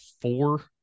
four